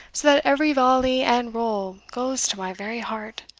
so that every volley and roll goes to my very heart.